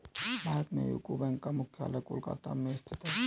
भारत में UCO bank का मुख्यालय कोलकाता में स्थित है